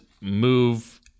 move